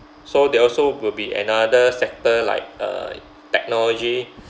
so there also will be another sector like uh technology